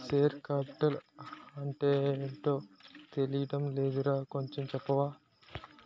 Share capital అంటేటో తెలీడం లేదురా కొంచెం చెప్తావా?